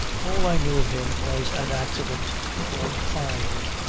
all i knew of him was an accident called fyne.